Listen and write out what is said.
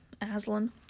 Aslan